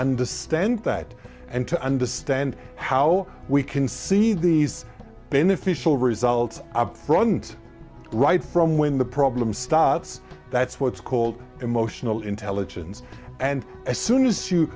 understand that and to understand how we can see these beneficial results up front right from when the problem starts that's what's called emotional intelligence and as soon as you